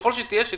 ככל שהיא תהיה,